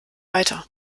weiter